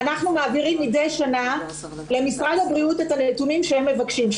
אנחנו מעבירים מדי שנה למשרד הבריאות את הנתונים שהם מבקשים,